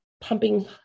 Pumping